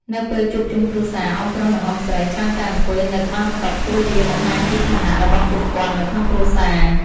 នៅពេលជួបជុំគ្រួសារ អ៊ុំប្រុស និងអ៊ុំស្រីច្រើនតែអង្គុយនៅក្បាលតុ ព្រោះវាបង្ហាញពីឋានៈរបស់ពួកគាត់នៅក្នុងគ្រួសារ។